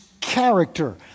character